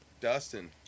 Dustin